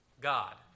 God